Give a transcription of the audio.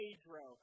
Pedro